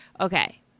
Okay